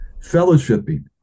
fellowshipping